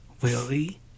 Willie